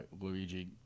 Luigi